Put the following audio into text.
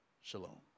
shalom